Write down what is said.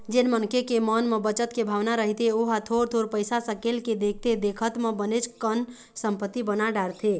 जेन मनखे के मन म बचत के भावना रहिथे ओहा थोर थोर पइसा सकेल के देखथे देखत म बनेच कन संपत्ति बना डारथे